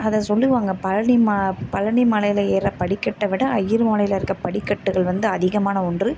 அதை சொல்லுவாங்க பழனி மலை பழனி மலையில் ஏர்ற படிக்கட்டை விட ஐயர் மலையில் இருக்கற படிக்கட்டுகள் வந்து அதிகமான ஒன்று